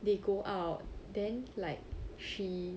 they go out then like she